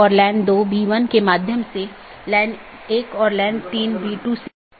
और EBGP में OSPF इस्तेमाल होता हैजबकि IBGP के लिए OSPF और RIP इस्तेमाल होते हैं